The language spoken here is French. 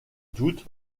doute